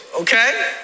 okay